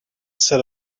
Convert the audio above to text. set